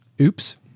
oops